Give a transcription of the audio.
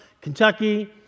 Kentucky